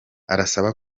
arasaba